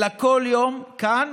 אלא כל יום כאן